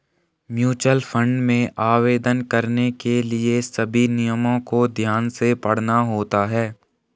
mutual fund में आवेदन करने के लिए सभी नियमों को ध्यान से पढ़ना होता है